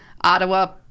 Ottawa